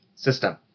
System